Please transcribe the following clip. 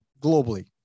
globally